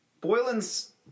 Boylan's